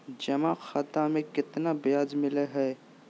जमा खाता में केतना ब्याज मिलई हई?